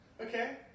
Okay